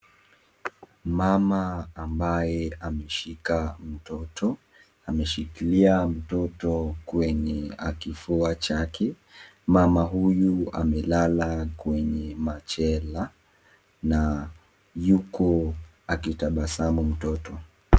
Mama ambaye ameshika mtoto, ameshikilia mtoto kwenye kifua chake, mama huyu amelala kwenye machela na yuko akitabasamu mtoto.